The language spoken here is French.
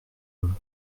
homme